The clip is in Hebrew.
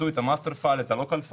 את ה- master file ואת ה- local file.